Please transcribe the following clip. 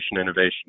innovation